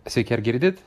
sveiki ar girdit